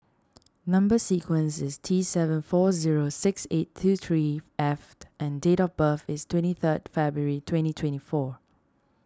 Number Sequence is T seven four zero six eight two three F and date of birth is twenty third February twenty twenty four